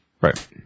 Right